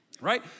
right